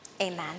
Amen